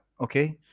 okay